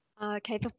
Okay